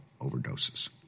overdoses